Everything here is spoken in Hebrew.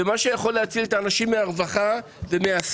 מה שיכול להציל את האנשים מהרווחה ומהסמים,